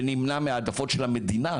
ונמנע מההעדפות של המדינה,